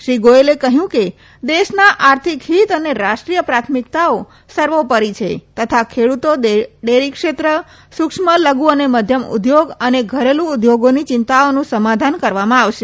શ્રી ગોયલે કહયું કે દેશના આર્થિક હિત અને રાષ્ટ્રીય પ્રાથમિકતાઓ સર્વોપરી છે તથા ખેડતો ડેરી ક્ષેત્ર સુક્ષ્મ લધુ અને મધ્યમ ઉદ્યોગ અને ધરેલુ ઉદ્યોગોની ચિંતાઓનું સમાધાન કરવામાં આવશે